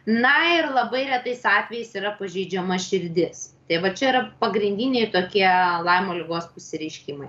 na ir labai retais atvejais yra pažeidžiama širdis tai va čia yra pagrindiniai tokie laimo ligos pasireiškimai